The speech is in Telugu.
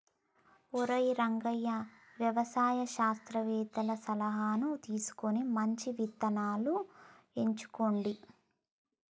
ఒరై రంగయ్య వ్యవసాయ శాస్త్రవేతల సలహాను తీసుకొని మంచి ఇత్తనాలను ఎంచుకోండి